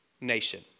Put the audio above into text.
nation